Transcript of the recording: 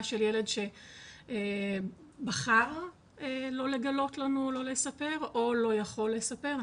של ילד שבחר לא לגלות לנו לא לספר או לא יכול לספר,